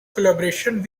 collaboration